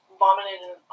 vomited